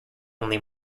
only